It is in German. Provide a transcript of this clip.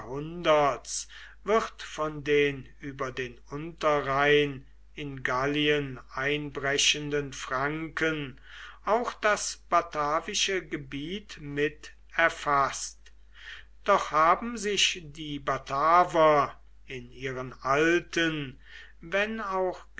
wird von den über den unterrhein in gallien einbrechenden franken auch das batavische gebiet mit erfaßt doch haben sich die bataver in ihren alten wenn auch